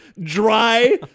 dry